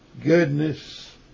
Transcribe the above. goodness